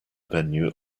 venue